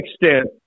extent